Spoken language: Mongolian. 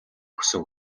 хүсэв